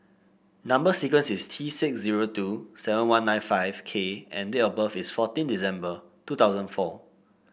number sequence is T six zero two seven one nine five K and date of birth is fourteen December two thousand and four